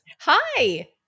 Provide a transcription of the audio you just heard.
Hi